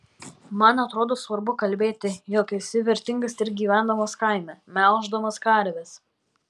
man atrodo svarbu kalbėti jog esi vertingas ir gyvendamas kaime melždamas karves